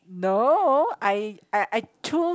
no I I I choose